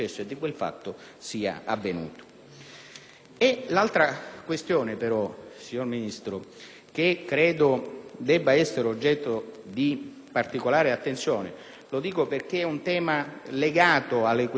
l'altra questione che credo debba essere oggetto di particolare attenzione (lo dico perché è un tema legato alle questioni che sono state sollevate sul